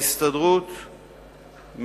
ההסתדרות,